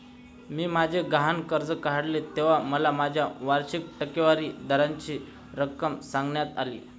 मी माझे गहाण कर्ज काढले तेव्हा मला माझ्या वार्षिक टक्केवारी दराची रक्कम सांगण्यात आली